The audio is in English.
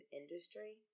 industry